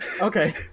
Okay